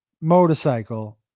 motorcycle